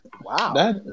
Wow